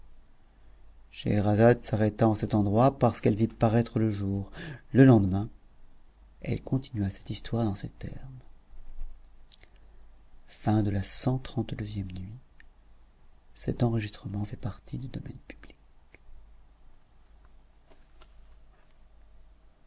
scheherazade s'arrêta en cet endroit parce qu'elle vit paraître le jour le lendemain elle continua cette histoire dans ces termes cxxxiii nuit